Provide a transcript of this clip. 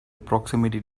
proximity